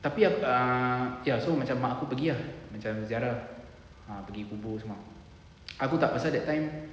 tapi aku ah okay so macam mak aku pergi ah macam ziarah ah pergi kubur semua aku tak pasal that time